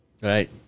Right